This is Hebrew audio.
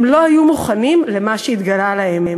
הם לא היו מוכנים למה שהתגלה להם.